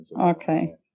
Okay